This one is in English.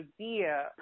idea